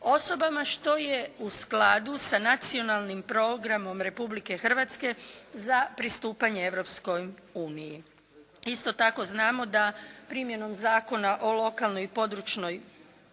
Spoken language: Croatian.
osobama, što je u skladu sa Nacionalnim programom Republike Hrvatske za pristupanje Europskoj uniji. Isto tako znamo da primjenom Zakona o lokalnoj i područnoj